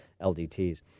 LDTs